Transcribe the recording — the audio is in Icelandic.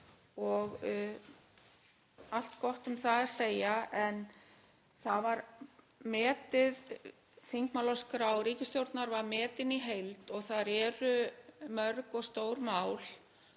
og allt gott um það að segja. En þingmálaskrá ríkisstjórnar var metin í heild og þar eru mörg og stór mál